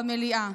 במליאה.